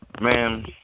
Man